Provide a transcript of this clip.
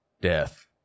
Death